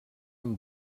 amb